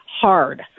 hard